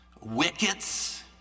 wickets